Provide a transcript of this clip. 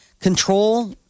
control